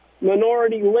minority